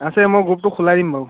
আছে মই গ্ৰুপটো খোলাই দিম বাৰু